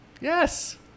Yes